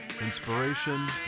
inspiration